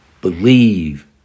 believe